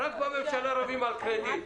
רק בממשלה רבים על קרדיט.